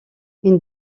une